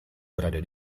berada